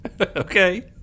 Okay